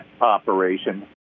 operation